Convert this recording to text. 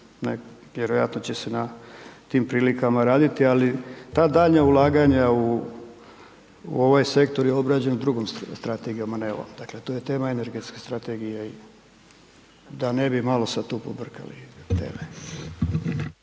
vjerojatno će se na tim prilikama raditi, ali ta daljnja ulaganja u ove sektor je obrađen drugom Strategijom, a ne ovom, dakle to je tema Energetske strategije, da ne bi malo sad tu pobrkali teme.